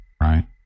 right